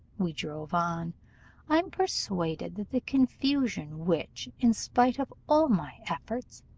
we drove on i'm persuaded that the confusion which, in spite of all my efforts,